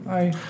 Bye